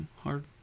hard